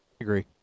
agree